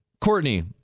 Courtney